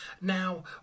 Now